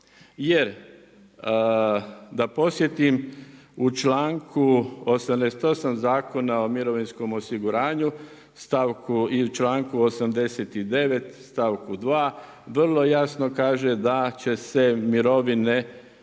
Jer da podsjetim, u članku 88. Zakona o mirovinskom osiguranju članku 89. stavku 2. vrlo jasno kaže da će se mirovine